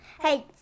Hey